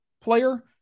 player